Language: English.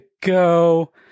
go